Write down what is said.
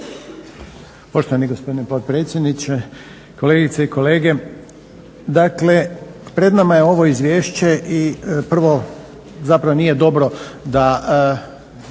Poštovani gospodine potpredsjedniče, kolegice i kolege! Dakle, pred nama je ovo Izvješće i prvo zapravo nije dobro da